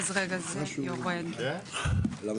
אוקיי, הסתייגויות של "העבודה".